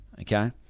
okay